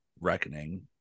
reckoning